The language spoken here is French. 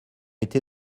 été